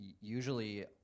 usually